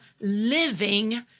living